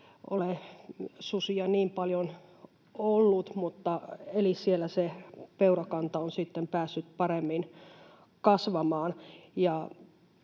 ei ole susia niin paljon ollut, eli siellä se peurakanta on sitten päässyt paremmin kasvamaan.